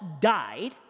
died